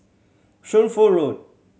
Shunfu Road